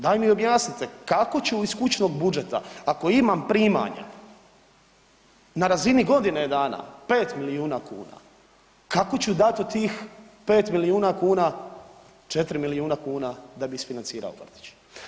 Daj mi objasnite kako ću iz kućnog budžeta ako imam primanja na razini godine dana 5 milijuna kuna, kako ću dat od tih 5 milijuna kuna 4 milijuna kuna da bi isfinancirao vrtić?